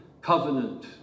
covenant